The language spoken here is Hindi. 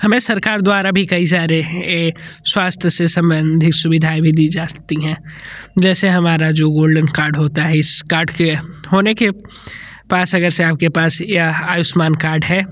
हमें सरकार द्वारा भी कई सारे स्वास्थ्य से सम्बंधित सुविधाएं दी जाती हैं जैसे हमारा जो गोल्डन कार्ड होता है इस कार्ड के होने के पास अगर से आपके पास या आयुष्मान कार्ड है